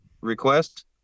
request